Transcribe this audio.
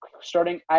starting –